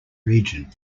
region